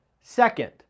Second